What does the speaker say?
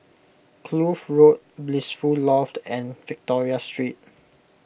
Kloof Road Blissful Loft and Victoria Street